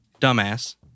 dumbass